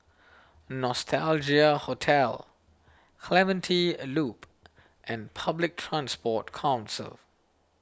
Nostalgia Hotel Clementi Loop and Public Transport Council